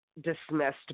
dismissed